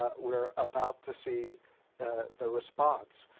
ah we are about to see the response.